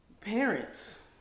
parents